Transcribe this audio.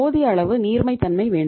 போதிய அளவு நீர்மைத்தன்மை வேண்டும்